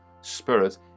spirit